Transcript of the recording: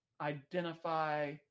identify